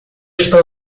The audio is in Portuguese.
está